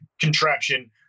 contraption